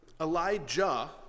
Elijah